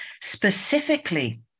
specifically